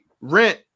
rent